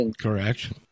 Correct